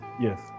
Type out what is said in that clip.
yes